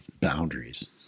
boundaries